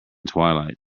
twilight